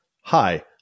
Hi